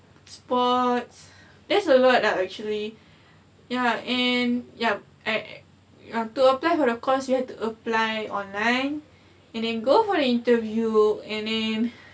sports there's a lot ah actually ya and yup act~ oh to apply for the course you have to apply online and then go for the interview and then